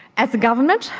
as a government,